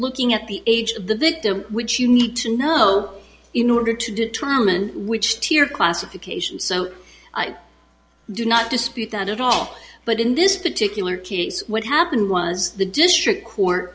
looking at the age of the victim which you need to know in order to determine which tier classification so i do not dispute that at all but in this particular case what happened was the district court